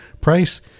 price